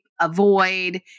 avoid